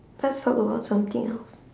let's talk about something else